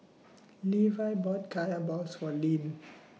Levi bought Kaya Balls For Leann